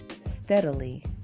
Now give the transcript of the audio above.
steadily